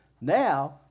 Now